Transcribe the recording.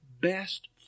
best